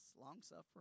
long-suffering